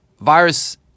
virus